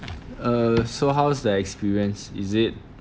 err so how's the experience is it